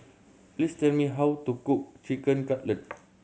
please tell me how to cook Chicken Cutlet